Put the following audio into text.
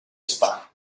spa